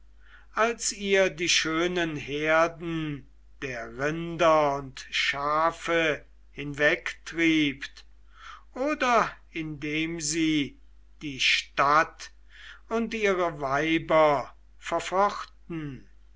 als ihr die schönen herden der rinder und schafe hinwegtriebt oder indem sie die stadt und ihre weiber verfochten